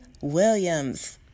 Williams